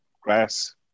grass